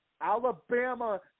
Alabama